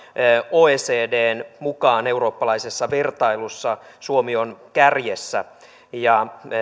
oecdn mukaan eurooppalaisessa vertailussa suomi on kärjessä ja